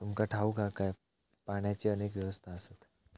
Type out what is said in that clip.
तुमका ठाऊक हा काय, पाण्याची अनेक अवस्था आसत?